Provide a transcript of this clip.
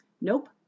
Nope